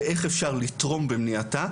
ואיך אפשר לתרום במניעתה,